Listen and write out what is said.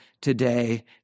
Today